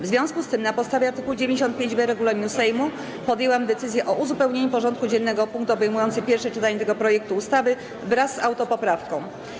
W związku z tym, na podstawie art. 95b regulaminu Sejmu, podjęłam decyzję o uzupełnieniu porządku dziennego o punkt obejmujący pierwsze czytanie tego projektu ustawy wraz z autopoprawką.